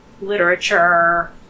literature